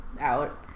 out